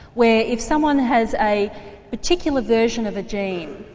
where if someone has a particular version of a gene,